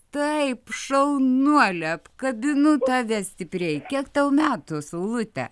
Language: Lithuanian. taip šaunuolė apkabinu tave stipriai kiek tau metų saulute